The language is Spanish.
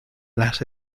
las